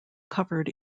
covered